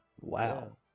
Wow